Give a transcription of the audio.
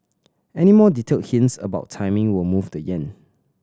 any more detailed hints about timing will move the yen